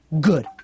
good